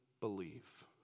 believe